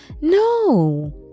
No